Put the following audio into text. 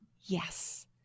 Yes